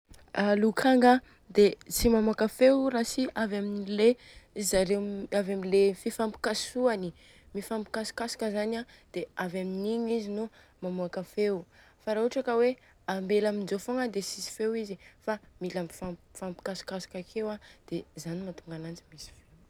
A lokanga a dia tsy mamoaka feo io ratsy avy amin'le zareo fifampikasoahany. Mifampikasokasoka zany an dia avy amin'igny izy no mamoaka feo. Fa raha ohatra ka hoe ambela amzô fogna dia tsisy feo izy. Fa mila mifampikasokasoka akeo an dia zany mahatonga ananjy misy feo.